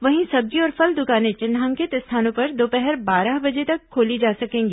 वहीं सब्जी और फल दुकानें चिन्हांकित स्थानों पर दोपहर बारह बजे तक खोली जा सकेंगी